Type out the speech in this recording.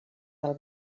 del